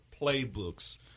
playbooks